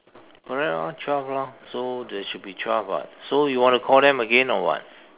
correct ah twelve lor so there should be twelve [what] so you want to call them again or what